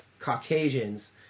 Caucasians